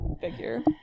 figure